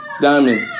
Diamond